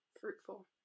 fruitful